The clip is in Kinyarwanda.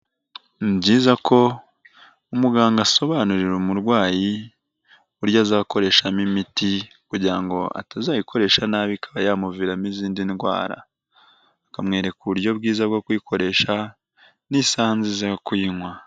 Ni byiza ko umuganga asobanurira umurwayi uburyo azakoreshamo imiti kugira ngo atazayikoresha nabi ikaba yamuviramo izindi ndwara, akamwereka uburyo bwiza bwo kuyikoresha n'isaha nziza yo kuyinywa.